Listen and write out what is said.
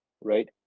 Right